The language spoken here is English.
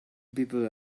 people